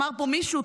אמר פה מישהו,